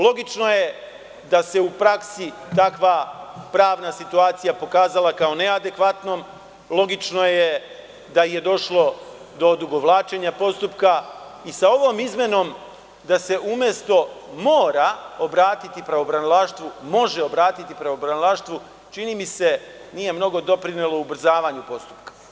Logično je da se u praksi takva pravna situacija pokazala kao neadekvatnom, logično je da je došlo do odugovlačenja postupka i sa ovom izmenom da se umesto – mora obratiti pravobranilaštvu, može obratiti pravobranilaštvu, čini mi se nije mnogo doprinelo ubrzavanju postupka.